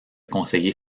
conseiller